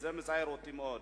וזה מצער אותי מאוד.